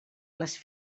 les